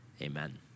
amen